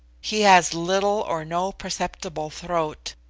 he has little or no perceptible throat,